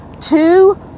two